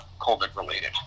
COVID-related